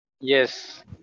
Yes